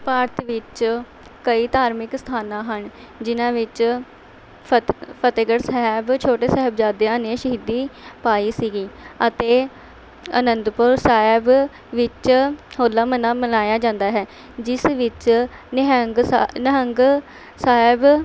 ਭਾਰਤ ਵਿੱਚ ਕਈ ਧਾਰਮਿਕ ਸਥਾਨਾਂ ਹਨ ਜਿਹਨਾਂ ਵਿੱਚ ਫਤਿ ਫਤਿਹਗੜ੍ਹ ਸਾਹਿਬ ਛੋਟੇ ਸਾਹਿਬਜ਼ਾਦਿਆਂ ਨੇ ਸ਼ਹੀਦੀ ਪਾਈ ਸੀਗੀ ਅਤੇ ਅਨੰਦਪੁਰ ਸਾਹਿਬ ਵਿੱਚ ਹੋਲਾ ਮਹੱਲਾ ਮਨਾਇਆ ਜਾਂਦਾ ਹੈ ਜਿਸ ਵਿੱਚ ਨਿਹੰਗ ਸਾ ਨਿਹੰਗ ਸਾਹਿਬ